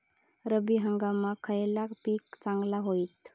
रब्बी हंगामाक खयला पीक चांगला होईत?